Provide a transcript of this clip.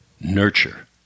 Nurture